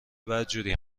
بدجوری